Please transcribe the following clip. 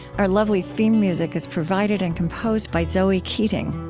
our lovely theme music is provided and composed by zoe keating.